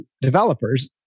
developers